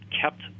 kept